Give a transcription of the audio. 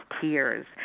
tears